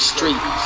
Street